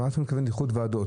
למה אתה מתכוון באיחוד ועדות?